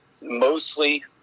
mostly